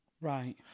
Right